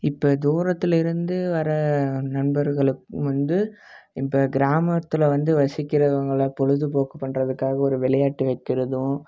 இப்போ தூரத்திலருந்து வர நண்பர்களுக்கு வந்து இப்போ கிராமத்தில் வந்து வசிக்கிறவங்களை பொழுதுபோக்கு பண்ணுறதுக்காக ஒரு விளையாட்டு வக்கறதும்